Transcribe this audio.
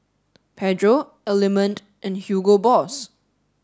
Pedro Element and Hugo Boss